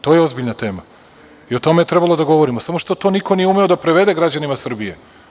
To je ozbiljna tema i o tome je trebalo da govorimo, samo što to niko nije umeo da prevede građanima Srbije.